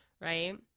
right